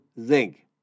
zinc